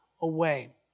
away